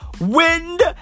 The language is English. wind